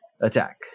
Attack